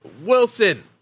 Wilson